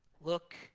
look